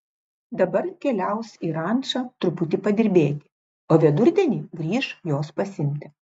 dabar keliaus į rančą truputį padirbėti o vidurdienį grįš jos pasiimti